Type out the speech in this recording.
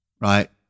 Right